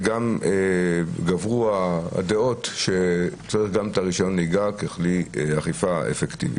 גברו הדעות שצריך גם את רישיון הנהיגה ככלי אכיפה אפקטיבי.